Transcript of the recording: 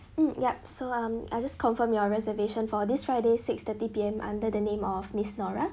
mm yup so um I just confirm your reservation for this friday six thirty P_M under the name of miss nora